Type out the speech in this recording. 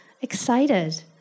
excited